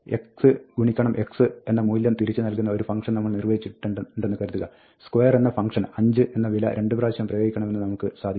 x ഗുണനം x എന്ന മൂല്യം തിരിച്ചു നൽകുന്ന ഒരു ഫംങ്ക്ഷൻ നമ്മൾ നിർവ്വചിച്ചിട്ടുണ്ടെന്ന് കരുതുക square എന്ന ഫംങ്ക്ഷൻ 5 എന്ന വില രണ്ട് പ്രാവശ്യം പ്രയോഗിക്കണമെന്ന് പറയാൻ നമുക്ക് സാധിക്കും